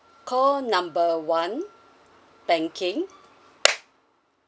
call number one banking